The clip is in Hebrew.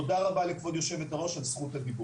תודה רבה לכבוד יושבת-הראש על זכות הדיבור.